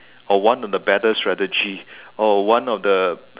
or one of the better strategy or one of the